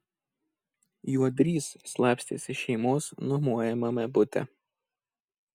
juodrys slapstėsi šeimos nuomojamame bute